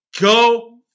go